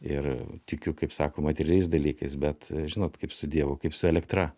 ir tikiu kaip sako materialiais dalykais bet žinot kaip su dievu kaip su elektra